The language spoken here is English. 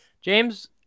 James